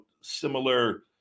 similar